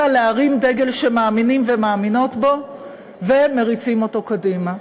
אלא להרים דגל שמאמינים ומאמינות בו ומריצים אותו קדימה.